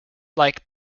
like